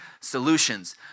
solutions